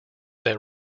that